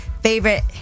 favorite